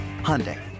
Hyundai